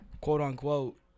quote-unquote